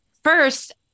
First